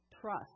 trust